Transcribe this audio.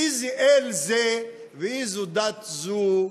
איזה אל זה ואיזו דת זו,